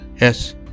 Yes